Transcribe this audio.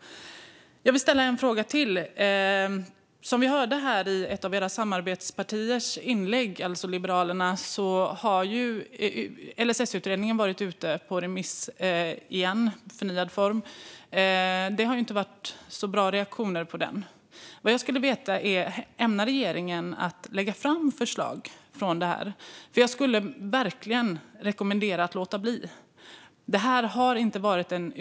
Jag vill ställa ytterligare en fråga. Vi hörde nyss i ett inlägg från ett av era samarbetspartier, Liberalerna, att LSS-utredningen har varit ute på remiss igen i en förnyad form. Det kom inte särskilt bra reaktioner på den. Ämnar regeringen lägga fram förslag från utredningen? Jag rekommenderar er verkligen att låta bli.